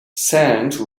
sand